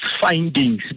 findings